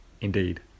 Indeed